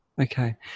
Okay